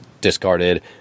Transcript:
discarded